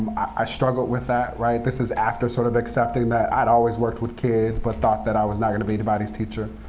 i struggled with that. this is after sort of accepting that i'd always worked with kids, but thought that i was not going to be anybody's teacher.